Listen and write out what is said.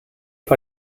par